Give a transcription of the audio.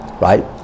right